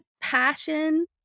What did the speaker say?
passion